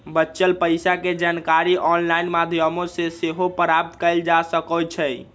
बच्चल पइसा के जानकारी ऑनलाइन माध्यमों से सेहो प्राप्त कएल जा सकैछइ